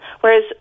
Whereas